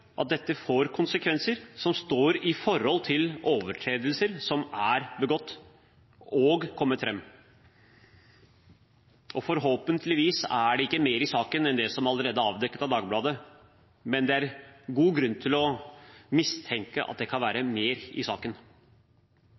at dette får konsekvenser som står i forhold til overtredelser som er begått – og som er framkommet. Forhåpentligvis er det ikke mer i saken enn det som allerede er avdekket av Dagbladet, men det er god grunn til å mistenke at det kan være mer i saken.